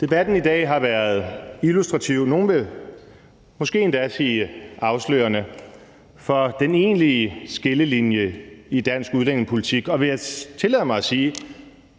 Debatten i dag har været illustrativ – nogle vil måske endda sige afslørende – med hensyn til hvor den egentlige skillelinje i dansk udlændingepolitik og – det vil jeg tillade mig at sige